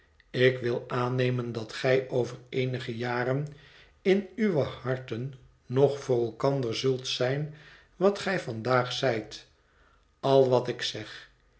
ik wil aannemen dat gij over eenige jaren in uwe harten nog voor elkander zult zijn wat gij vandaag zijt al wat ik zeg